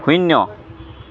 শূন্য